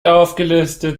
aufgelistet